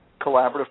collaborative